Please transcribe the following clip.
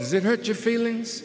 does it hurt your feelings